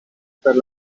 per